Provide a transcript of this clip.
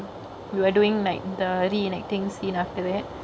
we were doingk like the re-enactingk scene after that